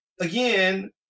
again